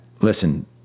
listen